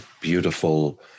beautiful